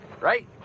right